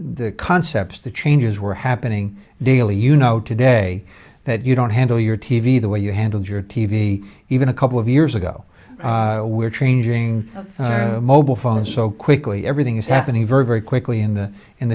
the concepts the changes were happening daily you know today that you don't handle your t v the way you handled your t v even a couple of years ago we're changing mobile phone so quickly everything is happening very very quickly in the